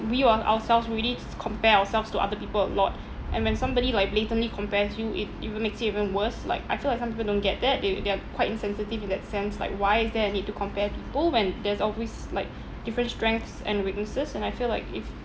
we are ourselves already compare ourselves to other people a lot and when somebody like blatantly compares you it even makes it even worse like I feel like some people don't get that they they are quite insensitive in that sense like why is there a need to compare people when there's always like different strengths and weaknesses and I feel like if